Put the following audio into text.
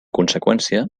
conseqüència